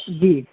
جی